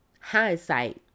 Hindsight